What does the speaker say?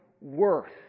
worth